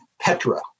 Petra